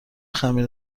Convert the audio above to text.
خمیر